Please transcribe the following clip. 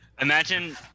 imagine